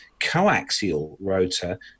coaxial-rotor